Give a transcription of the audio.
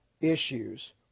issues